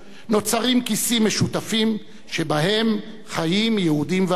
נוצרים כיסים משותפים שבהם חיים יהודים וערבים: